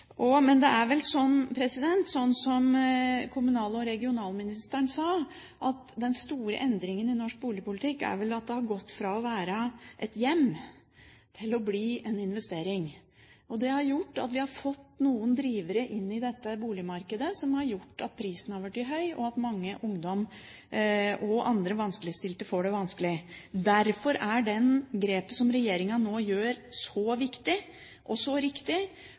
Men det er vel slik som kommunal- og regionalministeren sa, at den store endringen i norsk boligpolitikk er at boligen har gått fra å være et hjem til å bli en investering. Det har gjort at vi har fått noen drivere inn i dette boligmarkedet som har gjort at prisen har blitt høy, og at mange ungdommer og andre vanskeligstilte får det vanskelig. Derfor er det grepet som regjeringen nå gjør, så viktig og så riktig,